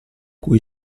cui